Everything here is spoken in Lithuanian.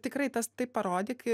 tikrai tas tai parodyk